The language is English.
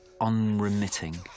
unremitting